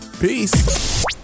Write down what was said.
Peace